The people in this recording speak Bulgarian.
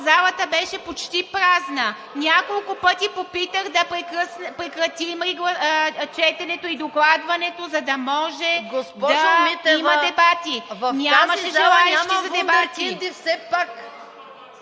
залата беше почти празна. Няколко пъти попитах да прекратим четенето и докладването, за да може да има дебати. Нямаше желаещи за дебати.